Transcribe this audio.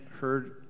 heard